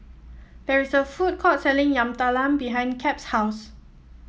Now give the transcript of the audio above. there is a food court selling Yam Talam behind Cap's house